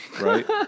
right